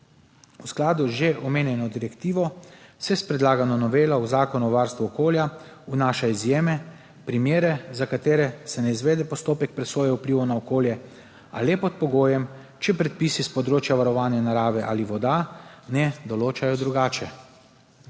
V skladu z že omenjeno direktivo se s predlagano novelo v Zakon o varstvu okolja vnaša izjeme, primere, za katere se ne izvede postopek presoje vplivov na okolje, a le pod pogojem, če predpisi s področja varovanja narave ali voda ne določajo drugače.